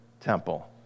temple